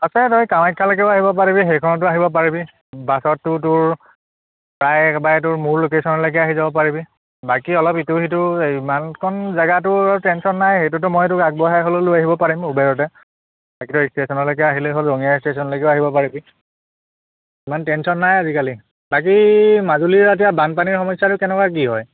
আছে তই কামাখ্যালৈকেও আহিব পাৰিবি সেইখনতো আহিব পাৰিবি বাছততো তোৰ প্ৰায় একেবাৰে তোৰ মোৰ লোকেশ্যনলৈকে আহি যাব পাৰিবি বাকী অলপ ইটো সিটো ইমানকণ জেগা তোৰ টেনচন নাই সেইটোতো মই তোক আগবঢ়াই হ'লেও লৈ আহিব পাৰিম উবেৰতে বাকী তই ইষ্টেচনলৈকে আহিলেই হ'ল ৰঙীয়া ষ্টেশ্যনলৈকেও আহিব পাৰিবি ইমান টেনচন নাই আজিকালি বাকী মাজুলীৰ এতিয়া বানপানীৰ সমস্যাটো কেনেকুৱা কি হয়